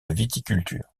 viticulture